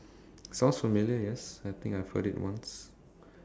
sounds familiar yes I think I've heard it once